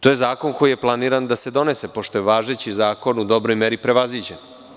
To je zakon koji je planiran da se donese, pošto je važeći zakon u dobroj meri prevaziđen.